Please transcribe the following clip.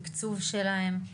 תקצוב שלהם,